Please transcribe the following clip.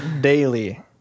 daily